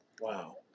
wow